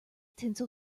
tinsel